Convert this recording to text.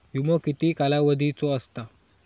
विमो किती कालावधीचो असता?